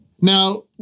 Now